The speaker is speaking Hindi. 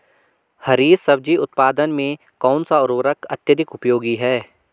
हरी सब्जी उत्पादन में कौन सा उर्वरक अत्यधिक उपयोगी है?